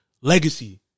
Legacy